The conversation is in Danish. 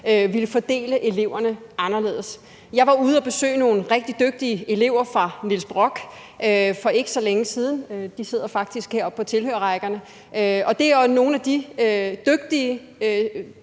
ville fordele eleverne anderledes. Jeg var ude at besøge nogle rigtig dygtige elever fra Niels Brock for ikke så længe siden – de sidder faktisk heroppe på tilhørerrækkerne – og det er nogle af de rigtig